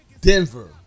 Denver